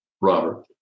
Robert